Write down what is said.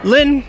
Lynn